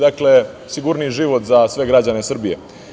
Dakle, sigurniji život za sve građane Srbije.